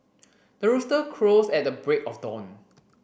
the rooster crows at the break of dawn